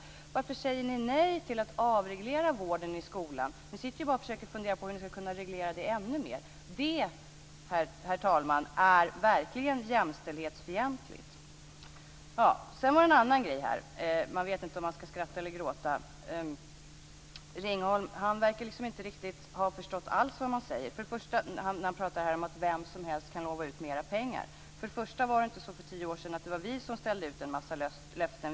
Varför säger ni nej till att avreglera vården och skolan? Ni sitter bara och försöker fundera ut hur ni ska kunna reglera detta ännu mer. Det, herr talman, är verkligen jämställdhetsfientligt. Sedan var det en annan grej. Man vet inte om man ska skratta eller gråta. Ringholm verkar inte alls ha förstått vad man säger, när han pratar om det här med att vem som helst kan lova ut mer pengar. Först och främst var det inte så för tio år sedan att vi ställde ut en massa löften.